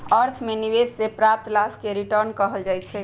अर्थ में निवेश से प्राप्त लाभ के रिटर्न कहल जाइ छइ